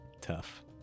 tough